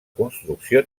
construcció